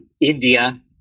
India